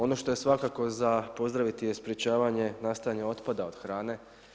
Ono što je svakako za pozdraviti je sprječavanje nastajanja otpada od hrane.